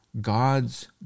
God's